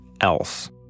else